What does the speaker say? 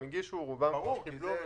הם הגישו, רובם קיבלו.